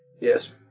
Yes